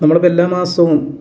നമ്മളിപ്പം എല്ലാ മാസവും